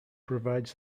provides